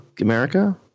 America